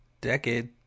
decade